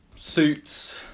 suits